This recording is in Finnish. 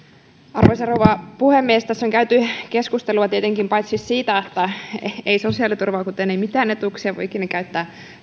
arvoisa rouva puhemies tässä on käyty keskustelua tietenkin paitsi siitä että ei sosiaaliturvaa kuten ei mitään etuuksia pidä ikinä käyttää